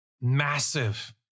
massive